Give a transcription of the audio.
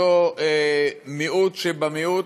סתיו שפיר,